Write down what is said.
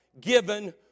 given